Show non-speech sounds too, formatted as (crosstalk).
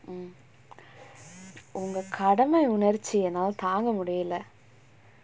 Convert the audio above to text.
mm (noise) உங்க கடமை உணர்ச்சி என்னால தாங்க முடியல:unga kadamai unarchi ennaala thaanga mudiyala